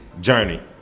journey